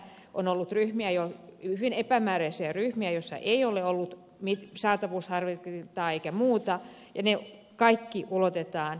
on ollut hyvin epämääräisiä ryhmiä joissa ei ole ollut saatavuusharkintaa eikä muuta ja ne kaikki ulotetaan ennakkovalvontaan